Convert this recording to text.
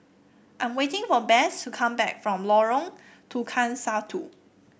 I'm waiting for Bess to come back from Lorong Tukang Satu